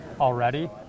already